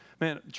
man